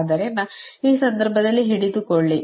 ಆದ್ದರಿಂದ ಈ ಸಂದರ್ಭದಲ್ಲಿ ಹಿಡಿದುಕೊಳ್ಳಿ